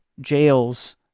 jails